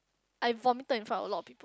I vomited in front of a lot of people